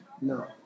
No